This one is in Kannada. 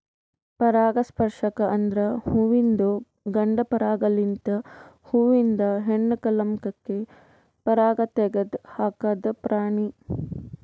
ಪರಾಗಸ್ಪರ್ಶಕ ಅಂದುರ್ ಹುವಿಂದು ಗಂಡ ಪರಾಗ ಲಿಂತ್ ಹೂವಿಂದ ಹೆಣ್ಣ ಕಲಂಕಕ್ಕೆ ಪರಾಗ ತೆಗದ್ ಹಾಕದ್ ಪ್ರಾಣಿ